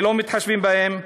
שלא מתחשבים בהן,